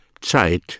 Zeit